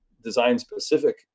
design-specific